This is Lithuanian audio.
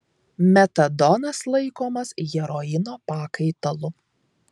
metadonas laikomas heroino pakaitalu